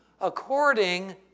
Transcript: according